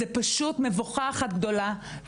זה פשוט מבוכה אחת גדולה.